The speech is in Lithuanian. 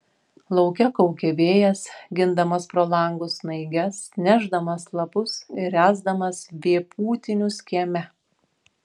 lauke kaukė vėjas gindamas pro langus snaiges nešdamas lapus ir ręsdamas vėpūtinius kieme